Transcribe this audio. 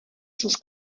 sus